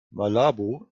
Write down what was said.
malabo